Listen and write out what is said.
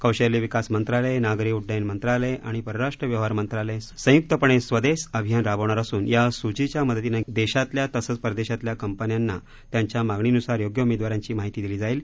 कौशल्य विकास मंत्रालय नागरी उड्डयन मंत्रालय आणि परराष्ट्र व्यवहार मंत्रालय संयुक्तपणे स्वदेस अभियान राबवणार असून या सूचीच्या मदतीनं देशातल्या तसंच परदेशातल्या कंपन्यांना त्यांच्या मागणीनुसार योग्य उमेदवाराची माहिती दिली जाईल